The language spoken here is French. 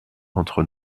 entre